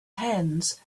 hands